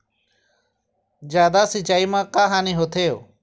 जादा सिचाई म का हानी होथे?